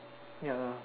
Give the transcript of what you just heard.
ya lah